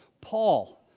Paul